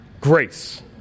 Grace